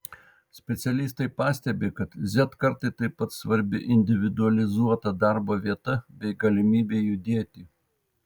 specialistai pastebi kad z kartai taip pat svarbi individualizuota darbo vieta bei galimybė judėti